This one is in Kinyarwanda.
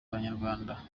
abanyarwanda